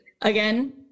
Again